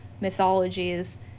mythologies